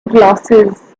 glasses